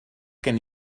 gen